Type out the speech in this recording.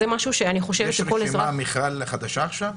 יש רשימה חדשה עכשיו?